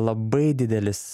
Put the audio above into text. labai didelis